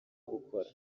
gukora